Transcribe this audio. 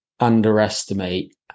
underestimate